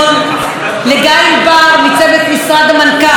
לגיא ענבר מצוות משרד המנכ"ל,